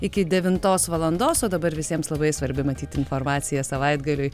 iki devintos valandos o dabar visiems labai svarbi matyt informacija savaitgaliui